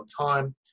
time